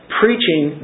preaching